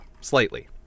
Slightly